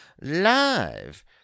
live